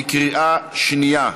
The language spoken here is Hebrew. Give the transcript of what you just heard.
בקריאה שנייה.